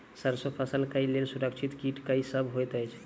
सैरसो फसल केँ लेल असुरक्षित कीट केँ सब होइत अछि?